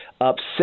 upset